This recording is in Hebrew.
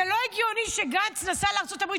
זה לא הגיוני שגנץ נסע לארצות הברית,